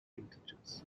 integers